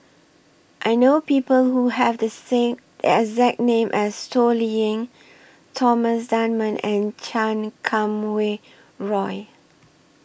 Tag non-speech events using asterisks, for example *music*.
I know People Who Have The *unintelligible* exact name as Toh Liying Thomas Dunman and Chan Kum Wah Roy